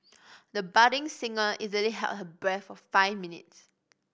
the budding singer easily held her breath for five minutes